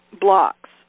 blocks